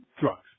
drugs